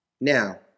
Now